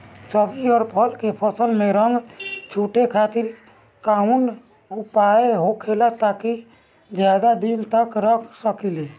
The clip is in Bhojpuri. सब्जी और फल के फसल के रंग न छुटे खातिर काउन उपाय होखेला ताकि ज्यादा दिन तक रख सकिले?